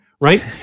right